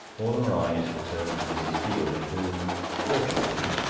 all our eyes were turned to mrs. field, who fortunately,